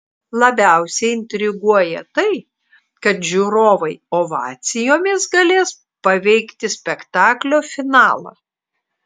labiausiai intriguoja tai kad žiūrovai ovacijomis galės paveikti spektaklio finalą